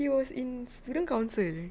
he was in student council